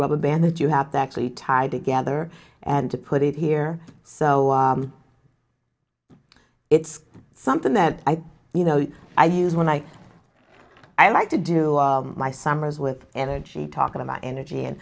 rubber band that you have to actually tied together and to put it here so it's something that you know i use when i i like to do my summers with energy talking about energy and